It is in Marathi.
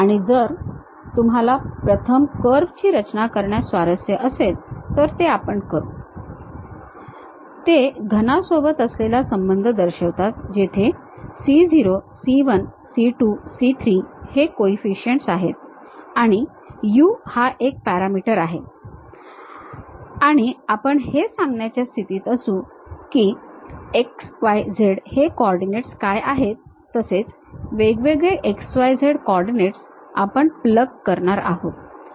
आणि जर तुम्हाला प्रथम कर्व ची रचना करण्यात स्वारस्य असेल तर आपण ते करू ते घनासोबत असलेला संबंध दर्शवितात जेथे c0 c 1 c 2 c 3 हे कोइफिशिएंट्स आहेत आणि u हा एक पॅरामीटर आहे आणि आपण हे सांगण्याच्या स्थितीत असू की x y z हे कोऑर्डिनेट्स काय आहेत तसेच वेगवेगळे x y z कोऑर्डिनेट्स आपण प्लग करणार आहोत